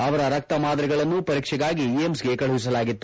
ಅವರ ರಕ್ತ ಮಾದರಿಗಳನ್ನು ಪರೀಕ್ಷೆಗಾಗಿ ಏಮ್ಸ್ಗೆ ಕಳುಹಿಸಲಾಗಿತ್ತು